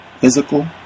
physical